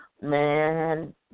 man